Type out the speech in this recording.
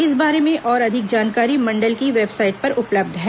इस बारे में और अधिक जानकारी मंडल की वेबसाइट पर उपलब्ध है